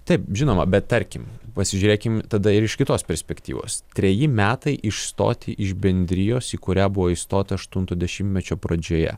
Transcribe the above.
taip žinoma bet tarkim pasižiūrėkim tada ir iš kitos perspektyvos treji metai išstoti iš bendrijos į kurią buvo įstota aštunto dešimtmečio pradžioje